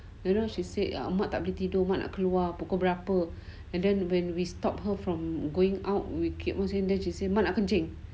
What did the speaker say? you know she said ah mak tak boleh tidur mak nak keluar pukul berapa and then when we stopped her from going out the she said mak nak kencing